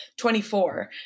24